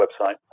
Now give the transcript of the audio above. website